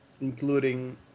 including